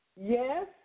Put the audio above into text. Yes